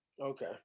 Okay